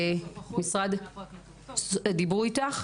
דיברו איתך?